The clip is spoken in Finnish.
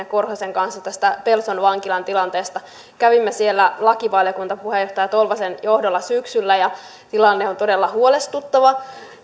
ja korhosen kanssa tästä pelson vankilan tilanteesta kävimme siellä lakivaliokuntapuheenjohtaja tolvasen johdolla syksyllä ja tilanne on todella huolestuttava